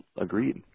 agreed